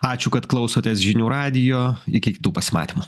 ačiū kad klausotės žinių radijo iki kitų pasimatymų